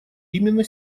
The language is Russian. именно